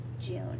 June